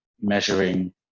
measuring